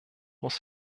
muss